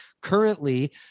currently